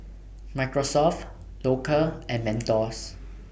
Microsoft Loacker and Mentos